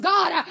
God